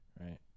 Right